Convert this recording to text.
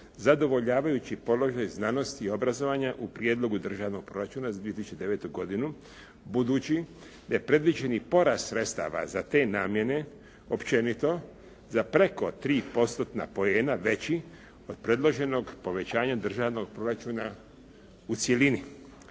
zadovoljavajući položaj znanosti i obrazovanje u Prijedlogu Državnog proračuna za 2009. godinu, budući da je predviđeni porast sredstava za te namjene općenito za preko 3 postotna poena veći od predloženog povećanja Državnog proračuna u cjelini.